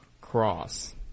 cross